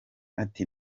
ati